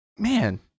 man